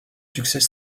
succès